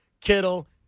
Kittle